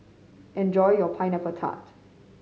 enjoy your Pineapple Tart